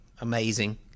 amazing